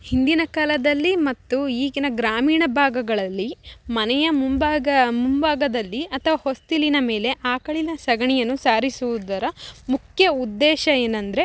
ಹಿಂದಿನ ಕಾಲದಲ್ಲಿ ಮತ್ತು ಈಗಿನ ಗ್ರಾಮೀಣ ಭಾಗಗಳಲ್ಲಿ ಮನೆಯ ಮುಂಭಾಗ ಮುಂಭಾಗದಲ್ಲಿ ಅಥವ ಹೊಸ್ತಿಲಿನ ಮೇಲೆ ಆಕಳಿನ ಸಗಣಿಯನ್ನು ಸಾರಿಸುವುದರ ಮುಖ್ಯ ಉದ್ದೇಶ ಏನಂದ್ರೆ